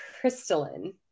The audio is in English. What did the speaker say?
crystalline